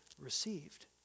received